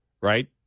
right